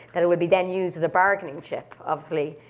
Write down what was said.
that it will be then used as a bargaining chip, obviously,